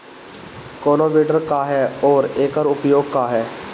कोनो विडर का ह अउर एकर उपयोग का ह?